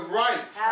right